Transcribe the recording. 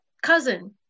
cousin